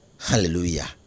Hallelujah